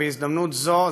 ובהזדמנות זו,